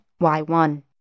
Y1